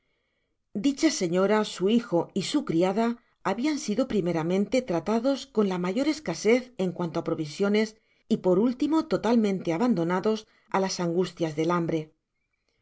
dicha señora su hijo y su criada habian sido primeramente tratados con la mayor escasez en cuanto á provisiones y por último totalmente abandonados á las angustias del hambre